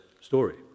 story